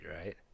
right